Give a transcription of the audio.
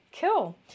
Cool